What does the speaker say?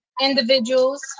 individuals